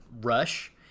Rush